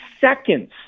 seconds